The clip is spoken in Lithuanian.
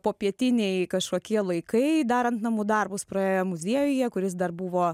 popietiniai kažkokie laikai darant namų darbus praėjo muziejuje kuris dar buvo